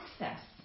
access